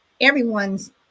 everyone's